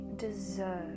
Deserve